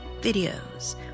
videos